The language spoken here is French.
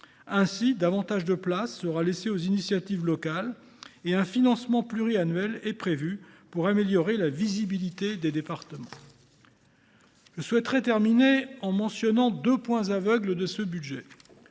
Ainsi, davantage de place sera laissée aux initiatives locales et un financement pluriannuel est prévu pour améliorer la visibilité pour les départements. Je souhaiterais mentionner en conclusion deux points aveugles de ce budget.